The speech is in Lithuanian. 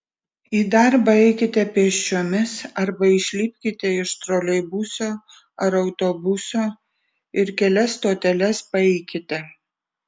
į darbą eikite pėsčiomis arba išlipkite iš troleibuso ar autobuso ir kelias stoteles paeikite